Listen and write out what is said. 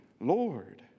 Lord